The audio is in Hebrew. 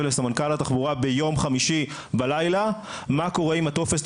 לסמנכ"ל התחבורה ביום חמישי בלילה: מה קורה עם הטופס?